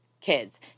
kids